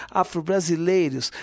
afro-brasileiros